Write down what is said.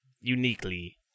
uniquely